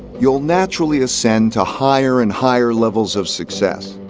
you'll naturally ascend to higher and higher levels of success.